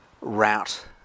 route